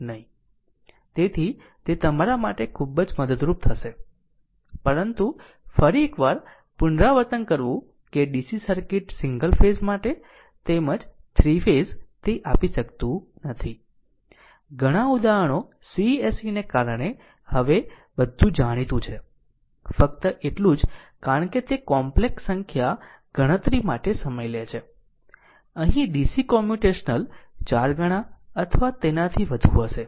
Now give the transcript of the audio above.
તેથી તે તમારા માટે ખૂબ જ મદદરૂપ થશે પરંતુ ફરી એક વાર પુનરાવર્તન કરવું કે AC સર્કિટ સિંગલ ફેઝ માટે તેમ જ 3 ફેઝ તે આપી શકતું નથી ઘણા ઉદાહરણો c se ને કારણે બધું હવે જાણીતું છે ફક્ત એટલું જ કારણ કે તે કોમ્પ્લેક્ષ સંખ્યા ગણતરી માટે સમય લે છે અહીં DC કોમ્પ્યુટેશનલ 4 ગણા અથવા તેનાથી વધુ હશે